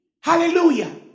Hallelujah